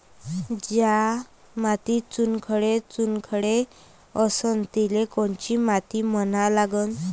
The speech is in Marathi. ज्या मातीत चुनखडे चुनखडे असन तिले कोनची माती म्हना लागन?